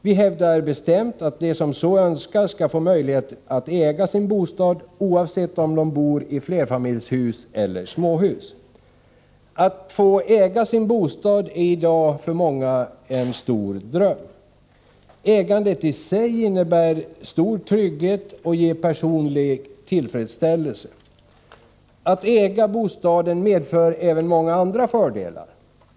Vi hävdar bestämt att de som så önskar skall få möjlighet att äga sin bostad, oavsett om de bor i flerfamiljshus eller i småhus. Att få äga sin bostad är i dag för många en stor dröm. Ägandet i sig innebär stor trygghet och ger personlig tillfredsställelse. Att äga bostaden medför även många andra fördelar.